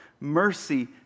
Mercy